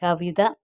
കവിത